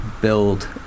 build